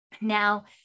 now